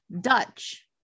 Dutch